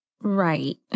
Right